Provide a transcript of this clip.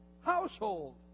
household